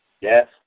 Yes